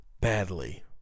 badly